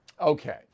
Okay